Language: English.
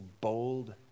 bold